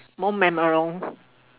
more memorable